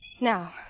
Now